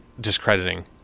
discrediting